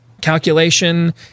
calculation